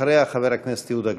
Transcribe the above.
אחריה, חבר הכנסת יהודה גליק.